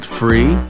free